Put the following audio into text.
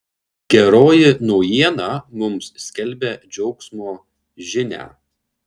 geroji naujiena mums skelbia džiaugsmo žinią